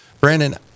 Brandon